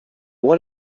what